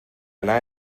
anar